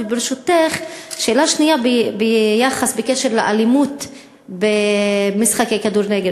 וברשותך, שאלה שנייה בקשר לאלימות במשחקי כדורגל.